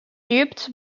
duped